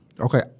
Okay